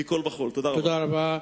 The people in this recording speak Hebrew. תודה רבה.